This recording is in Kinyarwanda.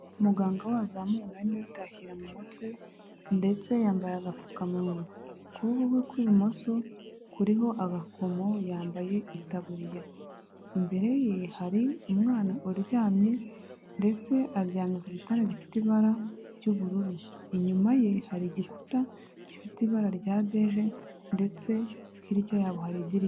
Umuganga wazamuye amarinete ayashyira mu mutwe ndetse yambaye agapfukamunwa, ukuboko kwe kw'ibumoso kuriho agakomo, yambaye itaburiya, imbere ye hari umwana uryamye ndetse aryamye ku gitanda gifite ibara ry'ubururu, inyuma ye hari igikuta gifite ibara rya beje ndetse hirya y'aho hari idirishya.